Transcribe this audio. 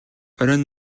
оройн